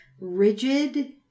rigid